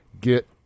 get